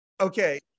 Okay